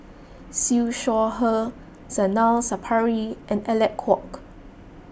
Siew Shaw Her Zainal Sapari and Alec Kuok